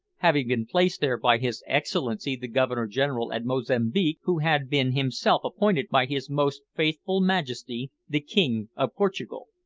having been placed there by his excellency the governor-general at mozambique, who had been himself appointed by his most faithful majesty the king of portugal.